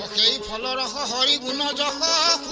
da da da da da da